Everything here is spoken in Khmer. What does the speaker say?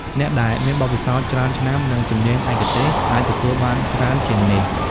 អ្នកដែលមានបទពិសោធន៍ច្រើនឆ្នាំ និងជំនាញឯកទេសអាចទទួលបានច្រើនជាងនេះ។